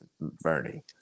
Bernie